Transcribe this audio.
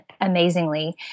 amazingly